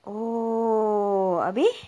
oh habis